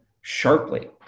sharply